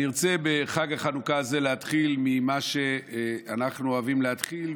אני רוצה בחג החנוכה הזה להתחיל במה שאנחנו אוהבים להתחיל,